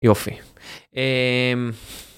יופי. אהם...